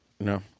No